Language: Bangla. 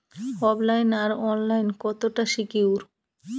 ওফ লাইন আর অনলাইন কতটা সিকিউর?